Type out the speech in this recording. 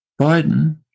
Biden